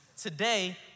Today